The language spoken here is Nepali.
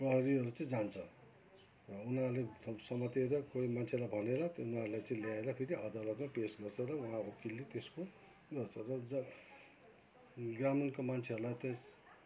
प्रहरीहरू चाहिँ जान्छ र उनीहरूले समातेर कोही मान्छेलाई भनेर उनीहरूलाई चाहिँ ल्याएर फेरी अदालतमा पेश गर्छ र वहाँ वकिलले त्यसको गर्छ र जो ग्रामीणको मान्छेहरूलाई त्यस